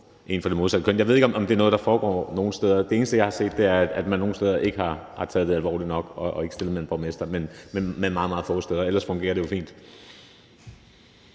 en af det modsatte køn. Jeg ved ikke, om det er noget, der foregår nogen steder. Det eneste, som jeg har set, er, at man nogle steder ikke har taget det alvorligt nok og ikke har stillet med en borgmester, men det er meget, meget få steder. Ellers fungerer det jo fint.